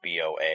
BOA